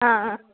ആ ആ